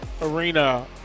arena